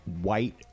white